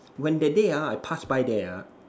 when that day ah I pass by there ah